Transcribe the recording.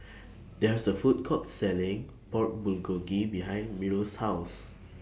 There IS A Food Court Selling Pork Bulgogi behind Myrl's House